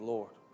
Lord